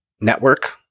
network